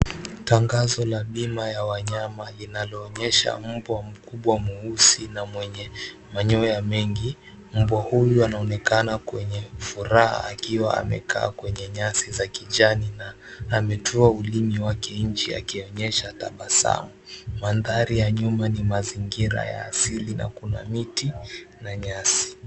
Tangazo la bima ya wanyama linayoonyesha mbwa mkubwa mweusi na mwenye manyoya mengi. Mbwa huyu anaonekana mwenye furaha akiwa amekaa kwenye nyasi za kijani na ametoa ulimi wake nje akionyesha tabasamu. Mandhari ya nyuma ni mazingira ya asili na kuna miti na nyasi.